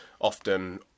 often